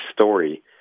story